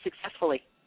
successfully